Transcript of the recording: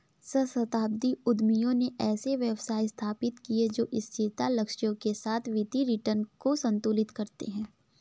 सहस्राब्दी उद्यमियों ने ऐसे व्यवसाय स्थापित किए जो स्थिरता लक्ष्यों के साथ वित्तीय रिटर्न को संतुलित करते हैं